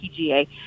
PGA